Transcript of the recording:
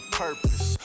purpose